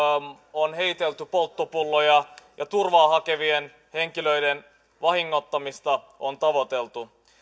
on heitelty polttopulloja ja turvaa hakevien henkilöiden vahingoittamista on tavoiteltu